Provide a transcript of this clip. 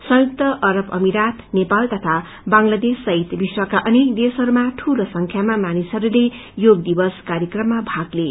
संयुक्त अरब अमिरत नेपाल तथा बंगलादेश सहित विश्वका अनेक देशहस्मा दूलो संचख्यामा मानिसहस्ले योग दिवसा कार्यक्रमहस्वमा भाग लिए